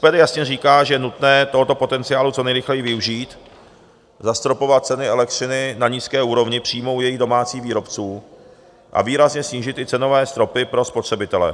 SPD jasně říká, že je nutné tohoto potenciálu co nejrychleji využít, zastropovat ceny elektřiny na nízké úrovni přímo u jejich domácích výrobců a výrazně snížit i cenové stropy pro spotřebitele.